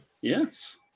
yes